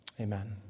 amen